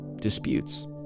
disputes